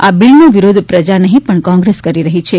આ બિલનો વિરોધ પ્રજા નહીં પણ કોંગ્રેસ કરી રહી છે